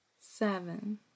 seven